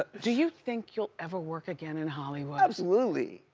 but do you think you'll ever work again in hollywood? absolutely.